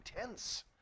intense